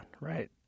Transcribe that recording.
right